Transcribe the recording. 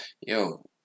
yo